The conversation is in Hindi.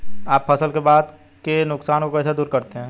आप फसल के बाद के नुकसान को कैसे दूर करते हैं?